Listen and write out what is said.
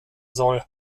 soll